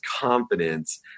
confidence